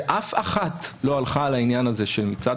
ואף אחת לא הלכה על העניין הזה של מצד